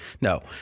No